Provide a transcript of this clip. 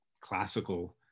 classical